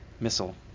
missile